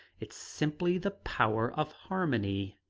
it's simply the power of harmony.